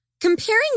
comparing